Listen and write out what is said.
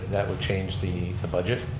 that would change the the budget.